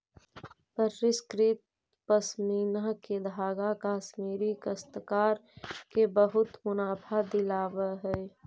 परिष्कृत पशमीना के धागा कश्मीरी काश्तकार के बहुत मुनाफा दिलावऽ हई